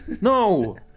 No